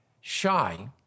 shy